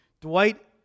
Dwight